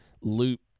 loop